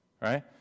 right